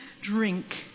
drink